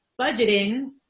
budgeting